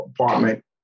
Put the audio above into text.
apartment